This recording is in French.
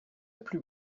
plus